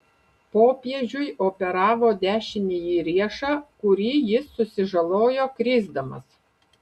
popiežiui operavo dešinįjį riešą kurį jis susižalojo krisdamas